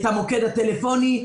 את המוקד הטלפוני,